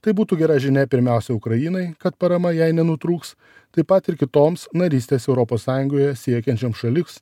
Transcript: tai būtų gera žinia pirmiausia ukrainai kad parama jai nenutrūks taip pat ir kitoms narystės europos sąjungoje siekiančioms šaliks